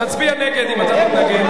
תצביע נגד אם אתה מתנגד.